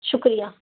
شکریہ